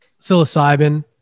psilocybin